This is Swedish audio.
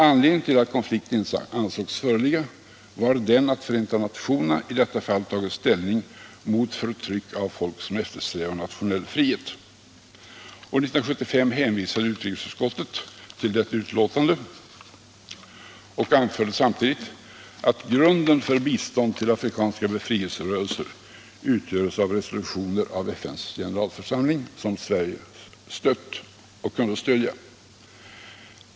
Anledningen till att konflikt ej ansågs föreligga var den att Förenta nationerna i detta fall tagit ställning mot förtryck av folk som eftersträvar nationell frihet. År 1975 hänvisade utrikesutskottet till detta utlåtande och anförde samtidigt att grunden för bistånd till afrikanska befrielserörelser utgörs av resolutioner av FN:s generalförsamling som Sverige kunde stödja.